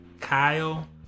Kyle